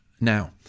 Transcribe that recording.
Now